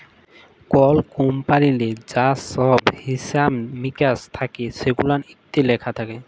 call কমপালিললে যা ছহব হিছাব মিকাস থ্যাকে সেগুলান ইত্যে লিখা থ্যাকে